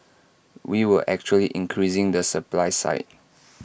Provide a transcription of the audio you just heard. we were actually increasing the supply side